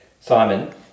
Simon